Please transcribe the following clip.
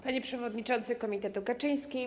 Panie Przewodniczący Komitetu Kaczyński!